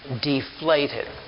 deflated